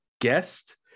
guest